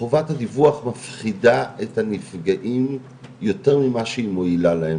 חובת הדיווח מפחידה את הנפגעים יותר ממה שהיא מועילה להם